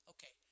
Okay